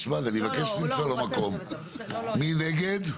מי נגד?